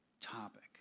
topic